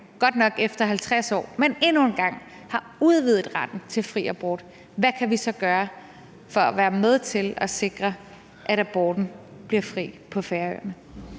godt nok efter 50 år, men endnu en gang har udvidet retten til fri abort? Hvad kan vi gøre for at være med til at sikre, at aborten bliver fri på Færøerne?